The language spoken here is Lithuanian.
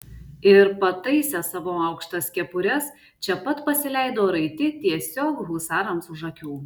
ir pataisę savo aukštas kepures čia pat pasileido raiti tiesiog husarams už akių